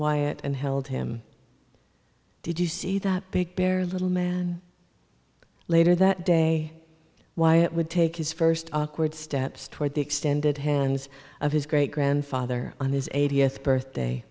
wyatt and held him did you see that big bear little man later that day why it would take his first awkward steps toward the extended hands of his great grandfather on his eightieth birthday